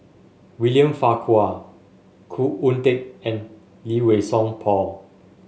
William Farquhar Khoo Oon Teik and Lee Wei Song Paul